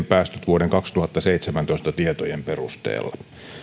päästöt vuoden kaksituhattaseitsemäntoista tietojen perusteella